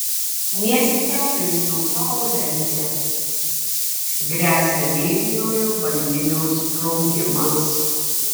miesteliui niufaundlende gresia mėlynojo banginio sprogimas